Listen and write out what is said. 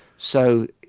so,